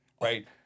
Right